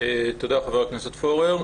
תודה, חבר הכנסת פורר.